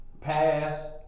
pass